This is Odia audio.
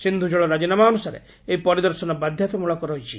ସିନ୍ଧୁ ଜଳ ରାଜିନାମା ଅନୁସାରେ ଏହି ପରିଦର୍ଶନ ବାଧ୍ୟତାମୂଳକ ହୋଇଛି